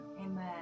Amen